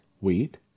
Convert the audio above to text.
wheat